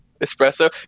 Espresso